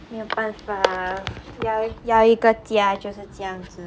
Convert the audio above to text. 没有办法要一个家就是要这样子